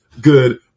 good